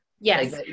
Yes